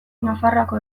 nafarroako